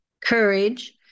courage